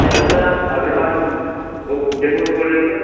hello sir आप Agarwal book depot से बोल रहे हो क्या